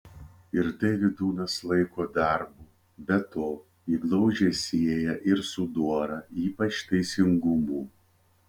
ir tai vydūnas laiko darbu be to jį glaudžiai sieja ir su dora ypač teisingumu